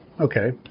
Okay